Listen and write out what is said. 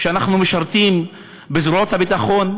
שאנחנו משרתים בזרועות הביטחון,